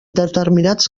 determinats